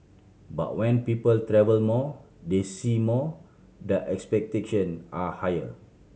but when people travel more they see more their expectation are higher